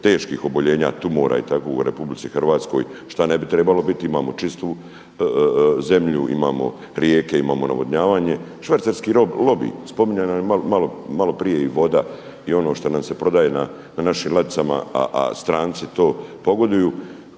teških oboljenja tumora i tako u Republici Hrvatskoj šta ne bi trebalo biti, imamo čistu zemlju, imamo rijeke, imamo navodnjavanje. Švercerski lobi. Spominjana je malo prije i voda i ono što nam se prodaje na našim ladicama, a stranci to pogoduju.